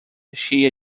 cheia